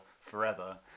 forever